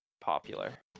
popular